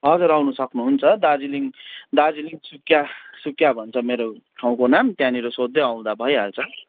हजुर आउनु सक्नुहुन्छ दार्जिलिङ दार्जिलिङ सुकिया सुकिया भन्छ मेरो ठाउँको नाम त्यहाँनिर सोध्दै आउँदा भइहाल्छ